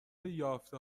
یافته